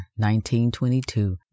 1922